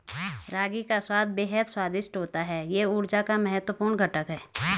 रागी का स्वाद बेहद स्वादिष्ट होता है यह ऊर्जा का महत्वपूर्ण घटक है